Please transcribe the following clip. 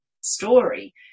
story